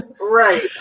Right